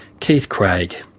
keith craig.